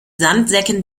sandsäcken